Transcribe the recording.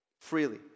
Freely